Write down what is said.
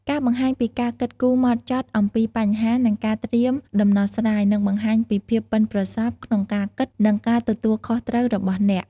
ការបង្ហាញពីការគិតគូរហ្មត់ចត់អំពីបញ្ហា និងការត្រៀមដំណោះស្រាយ នឹងបង្ហាញពី ភាពប៉ិនប្រសប់ក្នុងការគិត និងការទទួលខុសត្រូវ របស់អ្នក។